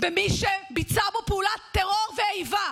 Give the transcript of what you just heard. במי שביצע בו פעולת טרור ואיבה.